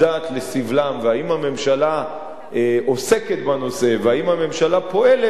לסבלם ואם הממשלה עוסקת בנושא ואם הממשלה פועלת,